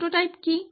prototype কি